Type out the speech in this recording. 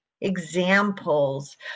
examples